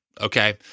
okay